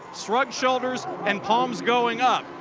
shrugged shoulders and palms going up.